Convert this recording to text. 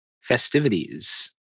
festivities